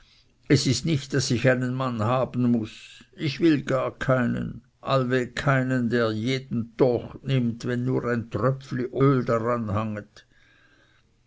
es ist nicht daß ich einen mann haben muß ich will gar keinen allweg keinen der jeden dachen nimmt wenn nur ein tröpfli öl daran hanget